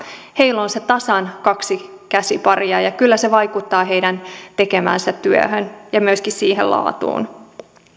heillä on tasan se yksi käsipari ja ja kyllä se vaikuttaa heidän tekemäänsä työhön ja myöskin siihen laatuun